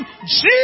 Jesus